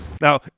Now